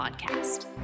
podcast